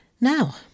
Now